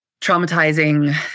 traumatizing